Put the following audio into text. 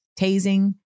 tasing